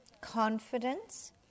confidence